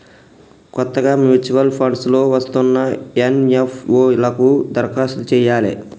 కొత్తగా mutual funds లో వస్తున్న ఎన్.ఎఫ్.ఓ లకు దరఖాస్తు చెయ్యాలే